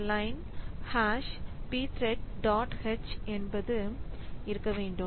இந்த line has pthread dot h என்று இருக்க வேண்டும்